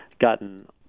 gotten